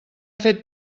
fet